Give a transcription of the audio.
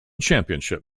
championship